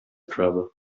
travel